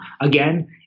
again